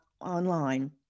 online